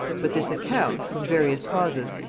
but this account, from various causes,